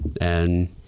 And-